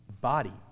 body